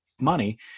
money